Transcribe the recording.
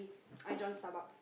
I join Starbucks